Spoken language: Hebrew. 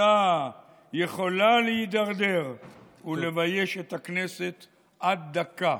יכולה, יכולה להידרדר ולבייש את הכנסת עד דקה.